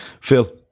Phil